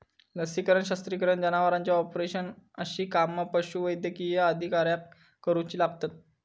लसीकरण, शस्त्रक्रिया, जनावरांचे ऑपरेशन अशी कामा पशुवैद्यकीय अधिकाऱ्याक करुची लागतत